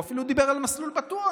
הוא אפילו דיבר על "מסלול בטוח",